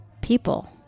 people